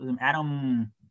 Adam –